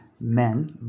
men